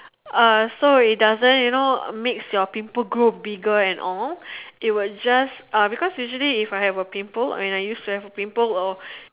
uh so it doesn't you know makes your pimple grow bigger and all it would just uh because usually if I have a pimple I mean I used to have a pimple all